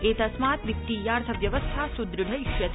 एतस्मात् वित्तीयार्थव्यवस्था सुदृढयिष्यते